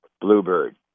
bluebird